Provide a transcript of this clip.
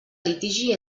litigi